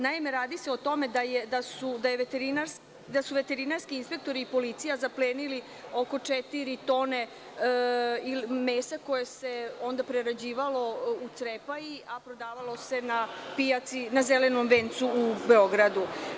Naime, radi se o tome da su veterinarski inspektori i policija zaplenili oko četiri tone mesa koje se onda prerađivalo u Crepaji, a prodavalo se na pijaci na Zelenom vencu u Beogradu.